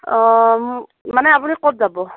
অ মানে আপুনি ক'ত যাব